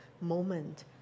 moment